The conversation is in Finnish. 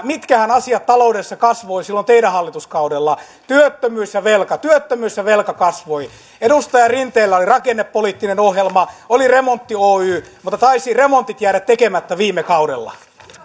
mitkähän asiat taloudessa kasvoivat silloin teidän hallituskaudellanne työttömyys ja velka työttömyys ja velka kasvoivat edustaja rinteellä oli rakennepoliittinen ohjelma oli remontti oy mutta taisivat remontit jäädä tekemättä viime kaudella